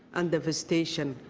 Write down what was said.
and devastation.